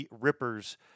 Rippers